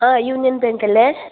ആ Union Bank അല്ലേ